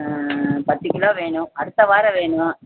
பத்து கிலோ வேணும் அடுத்த வாரம் வேணும்